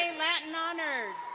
latin honors.